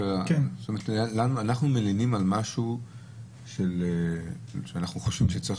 אנחנו מלינים על משהו שאנחנו חושבים שצריך